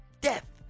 Death